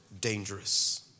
dangerous